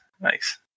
nice